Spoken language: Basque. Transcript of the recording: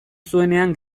zuenean